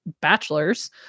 bachelor's